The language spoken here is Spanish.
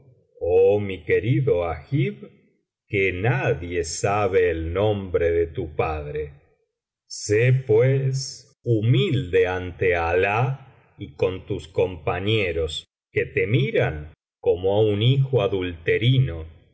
oh mi querido agib que nadie sabe el nombre de tu padre sé pues humilde ante alah y con tus compañeros que te miran como á hijo adulterino